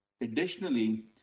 Additionally